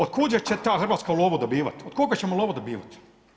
Od kuda će ta Hrvatska lovu dobivati, od koga ćemo lovu dobivati.